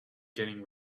getting